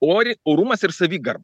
oriai orumas ir savigarba